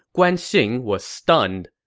guan xing was stunned.